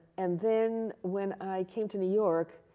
and then when i came to new york,